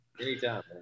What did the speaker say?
Anytime